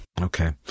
Okay